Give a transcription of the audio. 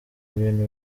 ibintu